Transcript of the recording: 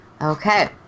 Okay